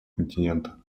континента